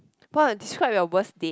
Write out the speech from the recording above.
describe your worst date